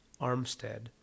Armstead